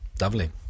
Lovely